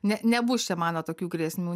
ne nebus čia manot tokių grėsmių